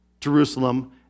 Jerusalem